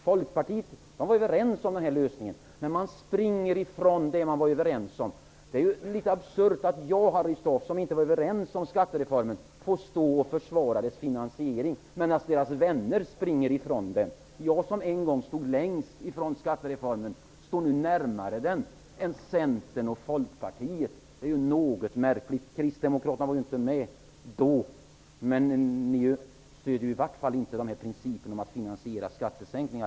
Folkpartiet var för den lösningen, men nu springer man ifrån det vi var överens om. Det är litet absurt att jag och Harry Staaf, som inte var överens om skattereformen, får försvara reformens finansiering, medan våra vänner springer ifrån den. Jag, som en gång stod längst ifrån skattereformen, står nu närmare den än Centern och Folkpartiet. Det är något märkligt. Kristdemokraterna var inte med då, men ni stödjer i varje fall inte längre principerna om att finansiera skattesänkningar.